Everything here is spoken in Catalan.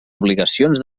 obligacions